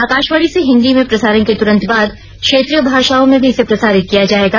आकाशवाणी से हिन्दी में प्रसारण के तुरंत बाद क्षेत्रीय भाषाओं में भी इसे प्रसारित किया जायेगा